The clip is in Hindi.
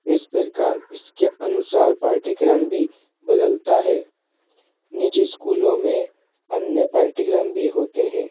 इस प्रकार इसके अनुसार पाठ्यक्रम भी बदलता है निजी स्कूलों में अन्य पाठ्यक्रम भी होते हैं